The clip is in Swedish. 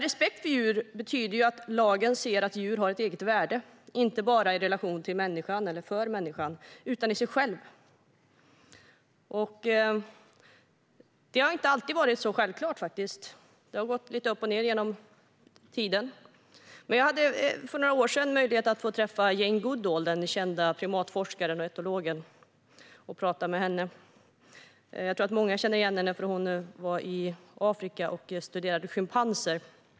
Respekt för djur betyder ju att lagen ser att djur har ett eget värde, inte bara i relation till eller för människan utan i sig självt. Detta har faktiskt inte alltid varit självklart, utan det har gått lite upp och ned genom tiden. Jag hade för några år sedan möjlighet att få träffa och prata med Jane Goodall, den kända primatforskaren och etnologen. Jag tror att många känner till henne - hon var i Afrika och studerade schimpanser.